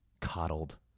coddled